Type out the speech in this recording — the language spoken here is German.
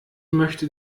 möchte